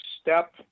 step